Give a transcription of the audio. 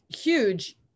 huge